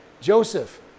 Joseph